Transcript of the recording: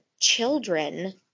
children